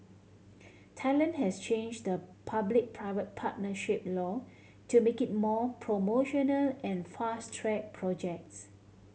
Thailand has change the public private partnership law to make it more promotional and fast track projects